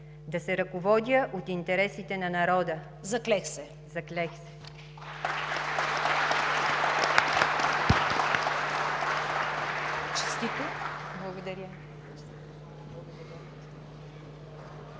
да се ръководя от интересите на народа. Заклех се.